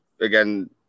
again